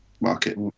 market